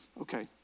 Okay